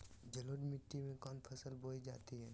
जलोढ़ मिट्टी में कौन फसल बोई जाती हैं?